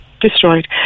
destroyed